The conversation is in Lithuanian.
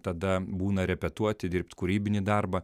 tada būna repetuoti dirbt kūrybinį darbą